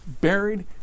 buried